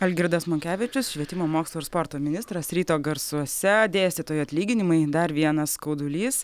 algirdas monkevičius švietimo mokslo ir sporto ministras ryto garsuose dėstytojų atlyginimai dar vienas skaudulys